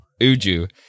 Uju